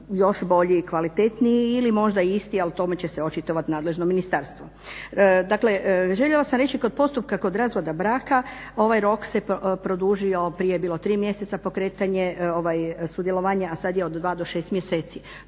još bolji, kvalitetniji ili možda isti, ali o tome će se očitovat nadležno ministarstvo. Dakle, željela sam reći kod postupka, kod razvoda braka ovaj rok se produžio, prije je bilo tri mjeseca pokretanje, sudjelovanje, a sada je od dva do šest mjeseci.